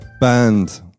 Band